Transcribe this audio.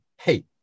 hey